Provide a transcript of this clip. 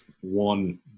one